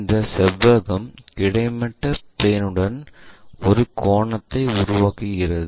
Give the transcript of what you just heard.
இந்த செவ்வகம் கிடைமட்ட பிளேன் உடன் ஒரு கோணத்தை உருவாக்குகிறது